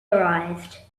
arrived